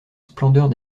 splendeurs